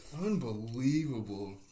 Unbelievable